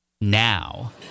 now